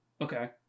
Okay